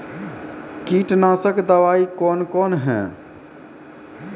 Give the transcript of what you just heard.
कीटनासक दवाई कौन कौन हैं?